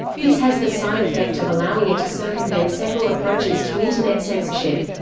this has the side effect of allowing it to circumvent several approaches to internet censorship.